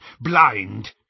blind